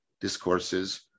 discourses